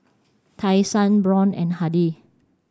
Tai Sun Braun and Hardy